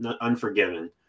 Unforgiven